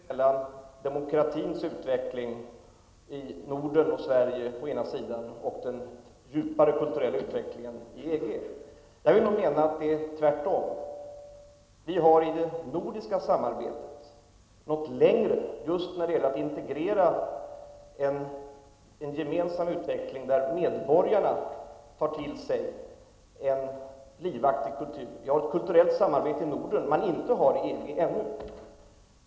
Herr talman! Jag skulle vilja invända mot en del av det i och för sig intressanta inlägg som Göran Åstrand gjorde, nämligen motsatsställningen mellan demokratins utveckling i Norden och Sverige å ena sidan och den djupare kulturella utvecklingen inom EG å den andra. Jag tycker att det är tvärtom: vi har i det nordiska samarbetet nått längre just när det gäller att integrera en gemensam utveckling, där medborgarna tar till sig en livaktig kultur, och vi har ett kultursamarbete, vilket man icke har inom EG ännu.